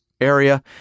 area